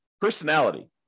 personality